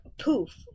poof